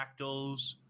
fractals